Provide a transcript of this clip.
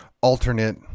alternate